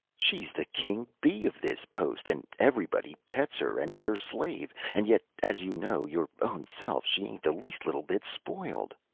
she's the king bee of this post, and everybody pets her and is her slave, and yet, as you know, your own self, she ain't the least little bit spoiled.